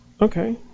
Okay